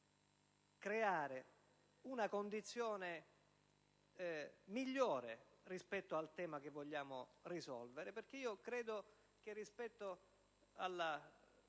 creare una condizione migliore rispetto al tema che vogliamo risolvere. Credo che rispetto alla